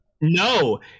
No